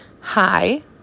hi